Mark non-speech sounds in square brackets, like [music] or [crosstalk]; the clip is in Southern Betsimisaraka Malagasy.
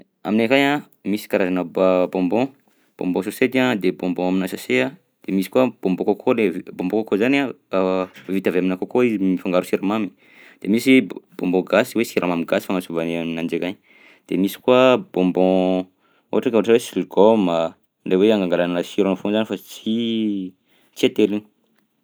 Aminay akagny a, misy karazana b- [hesitation] bonbon: bonbon sôsety a de bonbon aminà sase a, de misy koa bonbon coco le vi- bonbon coco zany a [hesitation] [noise] vita avy aminà coco izy [hesitation] mifangaro siramamy, de misy bo- bonbon gasy hoe siramamy gasy fagnantsovanay ananjy akagny, de misy koa bobon ohatra ka ohatra hoe siligaoma lay hoe agnangalana sirony foa zany fa tsy tsy atelina.